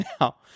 now